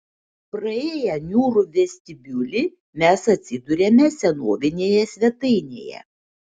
praėję niūrų vestibiulį mes atsiduriame senovinėje svetainėje